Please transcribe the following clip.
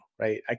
right